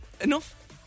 Enough